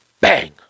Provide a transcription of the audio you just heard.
Bang